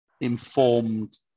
informed